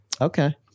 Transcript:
okay